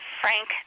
Frank